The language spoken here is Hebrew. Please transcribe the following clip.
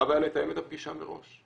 מה הבעיה לתאם את הפגישה מראש?